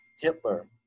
Hitler